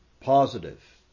Positive